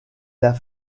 l’as